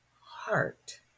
heart